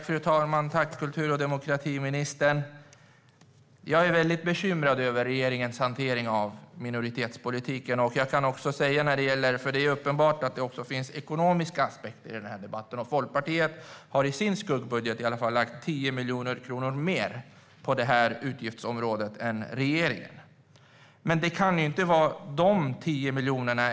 Fru talman! Jag tackar kultur och demokratiministern. Jag är bekymrad över regeringens hantering av minoritetspolitiken, och det är uppenbart att det finns ekonomiska aspekter på detta. Folkpartiet har i sin skuggbudget lagt 10 miljoner kronor mer än regeringen på detta utgiftsområde.